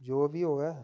जो बी होऐ